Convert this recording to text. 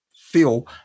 feel